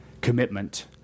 commitment